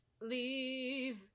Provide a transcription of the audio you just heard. Leave